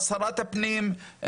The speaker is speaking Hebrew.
שרת הפנים,